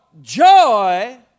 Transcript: joy